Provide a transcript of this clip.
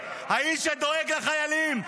האיש שדואג לחיילים,